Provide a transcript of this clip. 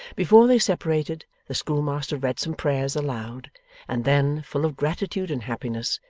before they separated, the schoolmaster read some prayers aloud and then, full of gratitude and happiness,